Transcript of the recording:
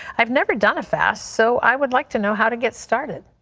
i've never done a fast so i would like to know how to get started.